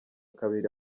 kabiri